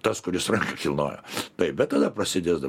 tas kuris ranką kilnojo taip bet tada prasideda